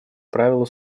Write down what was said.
правила